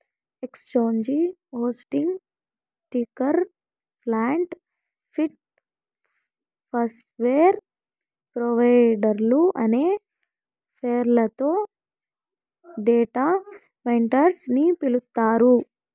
exchange hosting, ticker plant, feed, software ప్రొవైడర్లు అనే పేర్లతో డేటా వెండర్స్ ని పిలుస్తారు